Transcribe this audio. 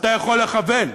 אתה יכול לכוון.